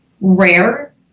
rare